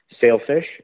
Sailfish